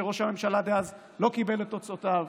שראש הממשלה דאז לא קיבל את תוצאותיו.